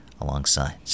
alongside